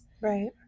Right